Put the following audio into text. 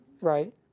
right